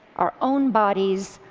our own bodies,